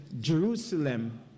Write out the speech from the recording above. Jerusalem